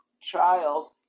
child